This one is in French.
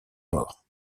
mort